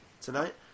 tonight